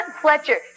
Fletcher